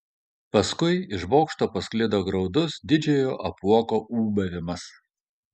paskui iš bokšto pasklido graudus didžiojo apuoko ūbavimas